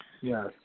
yes